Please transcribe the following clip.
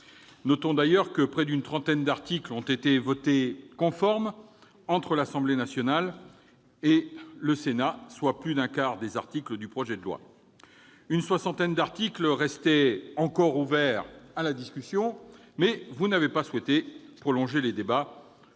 Notons d'ailleurs que près d'une trentaine d'articles ont été votés conformes par l'Assemblée nationale et le Sénat, soit plus d'un quart des articles du projet de loi. Une soixantaine d'articles restaient encore ouverts à la discussion, mais vous n'avez pas souhaité prolonger les débats.